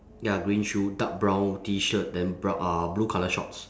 ya green shoe dark brown T shirt then br~ uh blue colour shorts